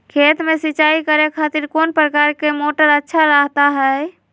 खेत में सिंचाई करे खातिर कौन प्रकार के मोटर अच्छा रहता हय?